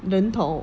人头